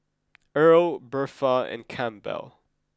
Earl Birtha and Campbell